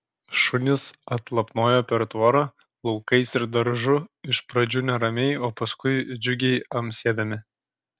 šunys atlapnojo per tvorą laukais ir daržu iš pradžių neramiai o paskui džiugiai amsėdami